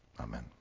amen